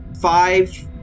Five